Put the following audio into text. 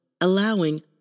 allowing